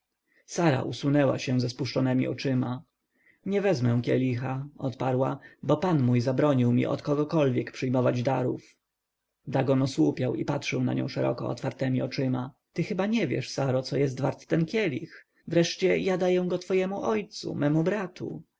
sara usunęła się ze spuszczonemi oczyma nie wezmę kielicha odparła bo pan mój zabronił mi od kogokolwiek przyjmować darów dagon osłupiał i patrzył na nią zdziwionemi oczyma ty chyba nie wiesz saro co jest wart ten kielich wreszcie ja daję go twojemu ojcu memu bratu